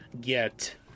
get